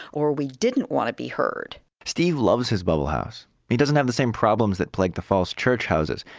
or we didn't want to be heard steve loves his bubble house. he doesn't have the same problems that plagued the falls church houses.